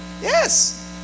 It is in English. Yes